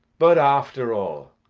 but after all,